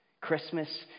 Christmas